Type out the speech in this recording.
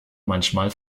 manchmal